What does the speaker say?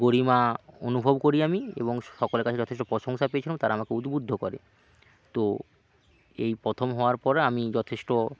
গরিমা অনুভব করি আমি এবং সকলের কাছে যথেষ্ট প্রশংসা পেয়েছিলাম তারা আমাকে উদ্বুদ্ধ করে তো এই প্রথম হওয়ার পরে আমি যথেষ্ট